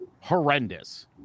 horrendous